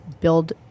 build